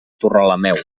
torrelameu